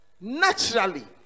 naturally